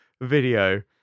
video